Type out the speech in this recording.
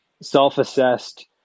self-assessed